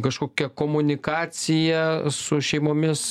kažkokia komunikacija su šeimomis